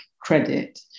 credit